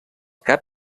cap